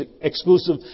exclusive